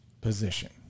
position